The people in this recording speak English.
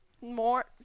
more